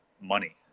money